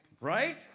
Right